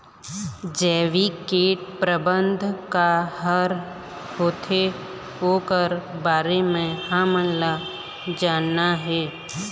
जैविक कीट प्रबंधन का हर होथे ओकर बारे मे हमन ला जानना हे?